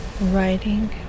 writing